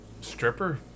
Stripper